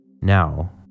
Now